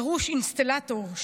דרוש אינסטלטור,